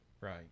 Right